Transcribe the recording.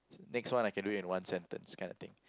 next one I can do it in one sentence kind of thing